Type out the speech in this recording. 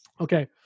Okay